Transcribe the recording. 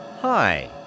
Hi